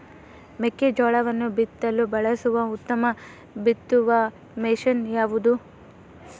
ಮೆಕ್ಕೆಜೋಳವನ್ನು ಬಿತ್ತಲು ಬಳಸುವ ಉತ್ತಮ ಬಿತ್ತುವ ಮಷೇನ್ ಯಾವುದು?